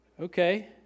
Okay